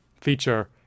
feature